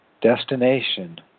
destination